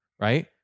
Right